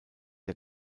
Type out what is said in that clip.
der